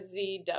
ZW